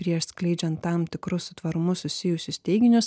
prieš skleidžiant tam tikrus su tvarumu susijusius teiginius